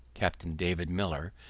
captain david miller,